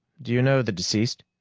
do you know the deceased?